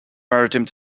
maritime